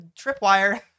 tripwire